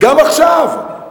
גם עכשיו,